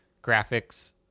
graphics